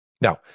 now